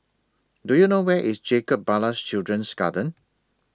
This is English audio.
Do YOU know Where IS Jacob Ballas Children's Garden